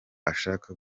ashaka